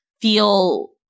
feel